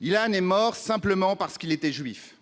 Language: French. Ilan est mort simplement parce qu'il était juif.